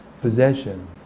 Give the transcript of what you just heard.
possession